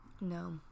No